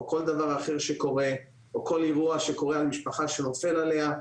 כל דבר אחר שקורה או כל אירוע שקורה על משפחה שנופל עליה.